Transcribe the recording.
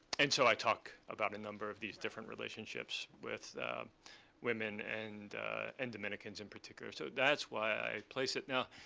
and so i talk about a number of these different relationships with women, and and dominicans in particular. so that's why i place it. now,